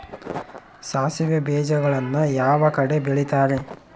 ಸಾಸಿವೆ ಬೇಜಗಳನ್ನ ಯಾವ ಕಡೆ ಬೆಳಿತಾರೆ?